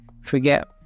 forget